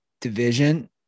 division